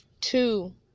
two